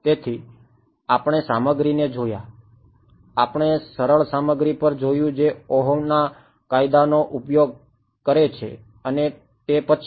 તેથી આપણે સામગ્રીને જોયા આપણે સરળ સામગ્રી પર જોયું જે ઓહ્મના કાયદાનો ઉપયોગ કરે છે અને તે પછી